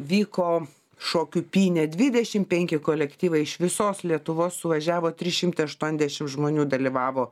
vyko šokių pynė dvidešim penki kolektyvai iš visos lietuvos suvažiavo trys šimtai aštuoniasdešim žmonių dalyvavo